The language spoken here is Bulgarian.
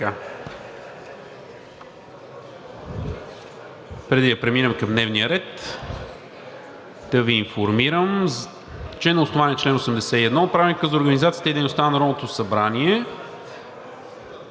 Преди да преминем към дневния ред, да Ви информирам, че на основание чл. 181 от Правилника за организацията и дейността на Народното събрание